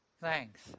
Thanks